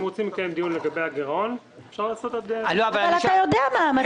אם רוצים לקיים דיון לגבי הגירעון --- אבל אתה יודע מה המצב.